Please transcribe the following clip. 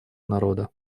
народа